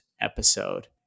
episode